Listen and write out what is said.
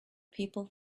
people